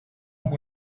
amb